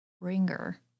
Ringer